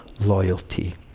loyalty